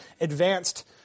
advanced